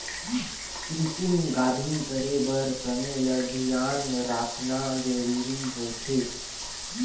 कृतिम गाभिन करे बर समे ल धियान राखना जरूरी होथे